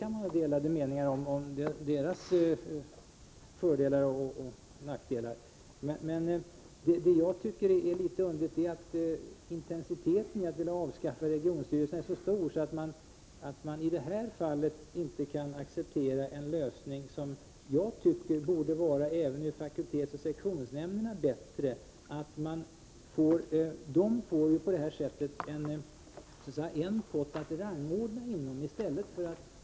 Man kan ha skilda meningar om deras fördelar och nackdelar. Men vad jag tycker är litet underligt är att ni är så intensiva i er vilja att avskaffa regionstyrelserna att ni i det här fallet inte kan acceptera en lösning som jag tycker borde vara bättre för även fakultetsoch sektionsnämnderna. De skulle få så att säga en pott att rangordna inom.